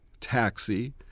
Taxi